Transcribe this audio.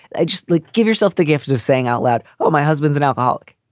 ah just like give yourself the gift of saying out loud. well, my husband's an alcoholic.